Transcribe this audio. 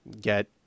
get